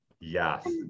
yes